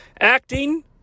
acting